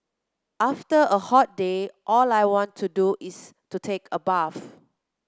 after a hot day all I want to do is to take a bath